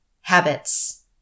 habits